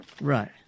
Right